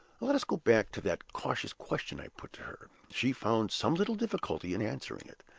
let us go back to that cautious question i put to her. she found some little difficulty in answering it,